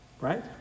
right